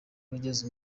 roger